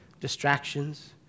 distractions